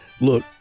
Look